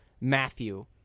Matthew